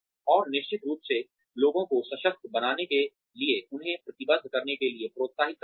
और निश्चित रूप से लोगों को सशक्त बनाने के लिए उन्हें प्रतिबद्ध करने के लिए प्रोत्साहित करके